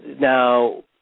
Now